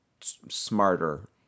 smarter